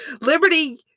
Liberty